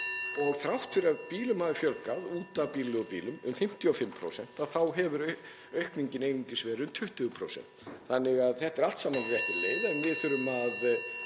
og þrátt fyrir að bílum hafi fjölgað út af bílaleigubílum um 55% þá hefur aukningin einungis verið um 20%. Þannig að þetta er allt saman á réttri leið en við þurfum að